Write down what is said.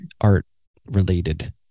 art-related